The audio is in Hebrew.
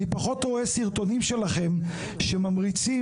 אני פחות רואה סרטונים שלכם שממריצים